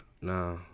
Nah